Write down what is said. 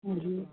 ਹਾਂਜੀ